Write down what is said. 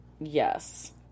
Yes